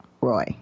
roy